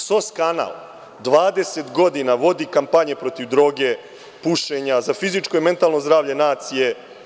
Dakle, SOS kanal 20 godina vodi kampanje protiv droge, pušenja, za fizičko i mentalno zdravlje nacije.